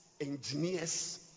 engineers